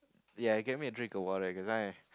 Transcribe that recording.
ya get me a drink or water because I